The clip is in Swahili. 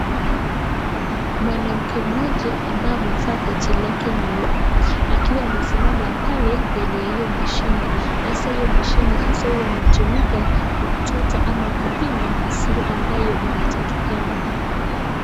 Mwanamke mmoja ambaye amevaa koti lake nyeupe akiwa amesimama pale mbele ya hiyo mashine, hasa hio mashine hasa huwa inatumika kuchoto ama kupima maziwa ambayo inatakikana.